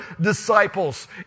disciples